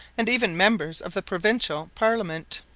and even members of the provincial parliament.